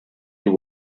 you